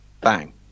Bang